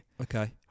Okay